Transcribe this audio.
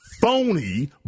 phony